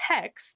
text